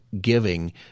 giving